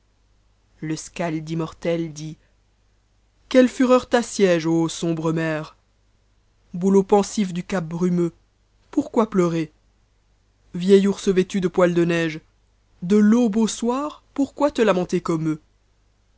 le skalde immortel dit queke fureur l'assiège au sombre mer bouleau pensif du cap brumeux pourquoi pleurer vieil ours vcta de poil de neige de l'aube au soir pourquoi te lamenter comme eux